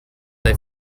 they